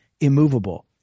immovable